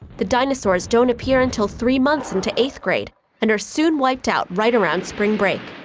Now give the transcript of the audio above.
the dinosaurs don't appear until three months into eighth grade and are soon wiped out right around spring break.